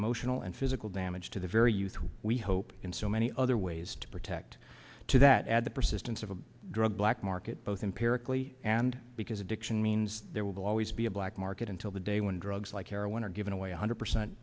emotional and physical damage to the very youth we hope in so many other ways to protect to that ad the persistence of a drug black market both empirically and because addiction means there will always be a black market until the day when drugs like heroin are given away one hundred percent